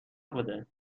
بده